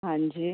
ہاں جی